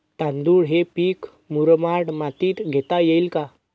तांदूळ हे पीक मुरमाड मातीत घेता येईल का?